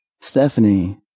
Stephanie